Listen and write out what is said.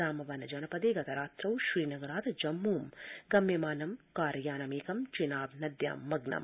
रामबन जनपदे गत रात्रौ श्रीनगरात् जम्मूं गम्यमानं कारयानमेक चेनाब नद्यां मगनम्